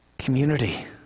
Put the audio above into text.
Community